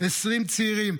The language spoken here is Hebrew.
20 צעירים.